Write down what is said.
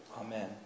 Amen